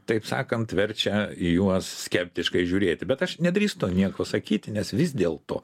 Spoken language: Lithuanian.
taip sakant verčia į juos skeptiškai žiūrėti bet aš nedrįstu nieko sakyti nes vis dėl to